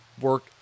work